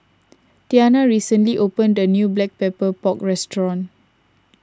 Tania recently opened a new Black Pepper Pork restaurant